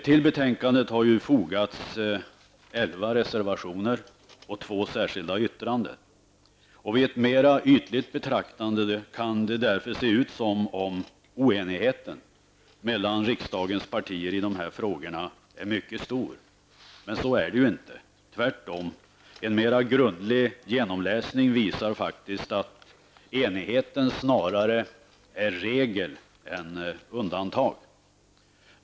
Till betänkandet har fogats elva reservationer och två särskilda yttranden. Vid ett mera ytligt betraktande kan det därför se ut som om oenigheten mellan riksdagens partier i dessa frågor är mycket stor. Men så är det inte -- tvärtom! En mera grundlig genomläsning visar faktiskt att enigheten snarare är regel än undantag.